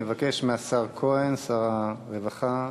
אני מבקש מהשר כהן, שר הרווחה,